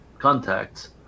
contacts